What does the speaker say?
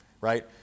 right